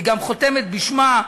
היא גם חותמת בשמה,